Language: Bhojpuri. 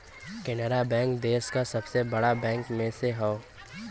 केनरा बैंक देस का सबसे बड़ा बैंक में से हौ